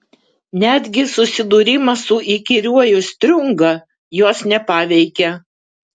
netgi susidūrimas su įkyriuoju striunga jos nepaveikė